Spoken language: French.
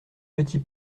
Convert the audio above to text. petit